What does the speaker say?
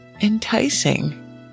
enticing